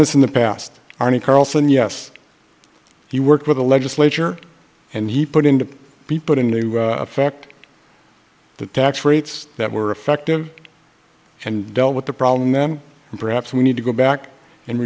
this in the past arnie carlson yes he worked with the legislature and he put in to be put in new fact the tax rates that were effective and dealt with the problem then perhaps we need to go back